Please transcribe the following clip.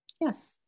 Yes